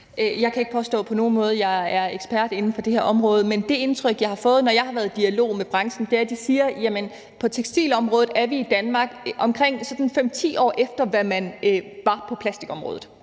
Jeg kan ikke påstå på nogen måde, at jeg er ekspert inden for det her område. Men det indtryk, jeg har fået, når jeg har været i dialog med branchen, er, at de siger, at vi på tekstilområdet i Danmark er omkring 5-10 år efter, hvad man var på plastikområdet.